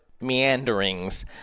meanderings